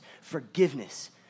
forgiveness